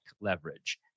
leverage